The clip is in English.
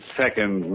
second